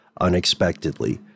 unexpectedly